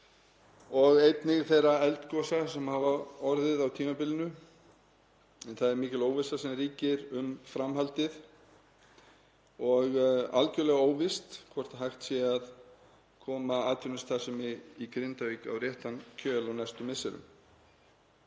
og einnig þeirra eldgosa sem hafa orðið á tímabilinu. Það er mikil óvissa sem ríkir um framhaldið og algerlega óvíst hvort hægt sé að koma atvinnustarfsemi í Grindavík á réttan kjöl á næstu misserum.